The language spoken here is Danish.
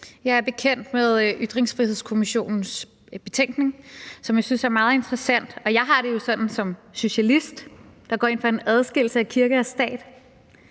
Jeg er bekendt med Ytringsfrihedskommissionens betænkning, som jeg synes er meget interessant, og jeg har det jo sådan som socialist, der går ind for en adskillelse af kirke og stat,